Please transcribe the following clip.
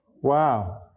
Wow